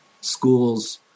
schools